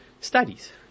Studies